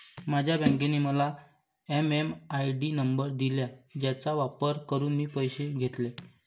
माझ्या बँकेने मला एम.एम.आय.डी नंबर दिला ज्याचा वापर करून मी पैसे घेतले